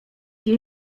jej